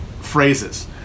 phrases